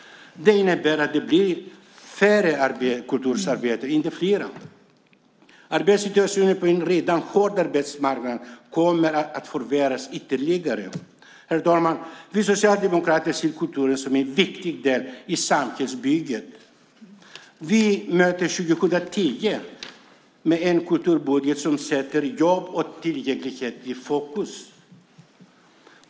Det innebär att det blir färre kulturarbetare, inte fler. Arbetssituationen på en redan hård arbetsmarknad kommer att förvärras ytterligare. Herr talman! Vi socialdemokrater ser kulturen som en viktig del i samhällsbygget. Vi möter 2010 med en kulturbudget som sätter jobb och tillgänglighet i fokus.